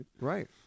right